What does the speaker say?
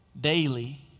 Daily